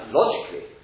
logically